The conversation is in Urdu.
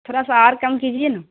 تھوڑا سا اور کم کیجیے نا